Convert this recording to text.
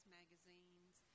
magazines